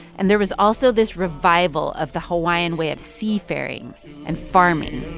and there was also this revival of the hawaiian way of seafaring and farming